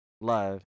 love